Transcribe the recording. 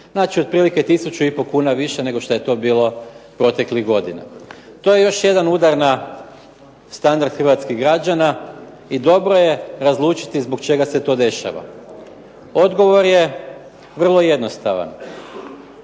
Znači otprilike tisuću i po kuna više nego što je to bilo proteklih godina. To je još jedan udar na standard hrvatskih građana i dobro je razlučiti zbog čega se to dešava. Odgovor je vrlo jednostavan.